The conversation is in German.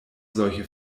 solche